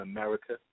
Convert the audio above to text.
America